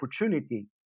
opportunity